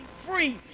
free